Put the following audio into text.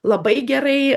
labai gerai